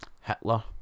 Hitler